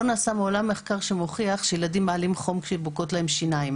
לא נעשה מחקר מעולם שמוכיח שלילדים יש חום כאשר צומחות להן שיניים